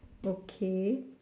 okay